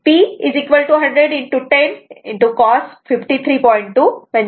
तर PVI cos θ 100 10 cos 53